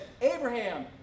Abraham